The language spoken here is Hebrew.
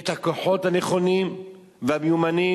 את הכוחות הנכונים והמיומנים,